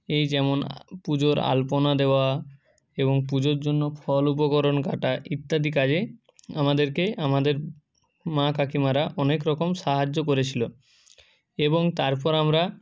এই যেমন পুজোর আলপনা দেওয়া এবং পুজোর জন্য ফল উপকরণ কাটা ইত্যাদি কাজে আমাদেরকে আমাদের মা কাকিমারা অনেক রকম সাহায্য করেছিলো এবং তারপর আমরা